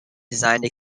designed